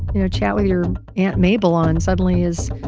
you know, chat with your aunt mabel on suddenly is,